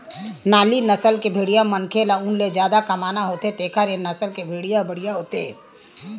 नाली नसल के भेड़िया मनखे ल ऊन ले जादा कमाना होथे तेखर ए नसल के भेड़िया ह बड़िहा होथे